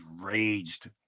raged